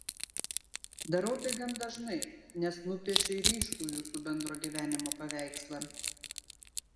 darau tai gan dažnai nes nupiešei ryškų jūsų bendro gyvenimo paveikslą